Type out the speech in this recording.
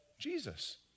Jesus